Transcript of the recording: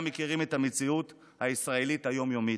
מכירים את המציאות הישראלית היום-יומית,